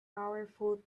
powerful